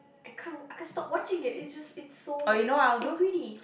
I can't I can't stop watching it it's just it's so like so pretty